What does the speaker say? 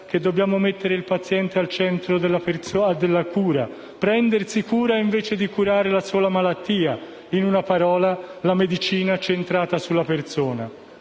che dobbiamo mettere il paziente al centro della cura, prendersi cura di lui invece di curare solo la malattia, in una parola: la medicina centrata sulla persona.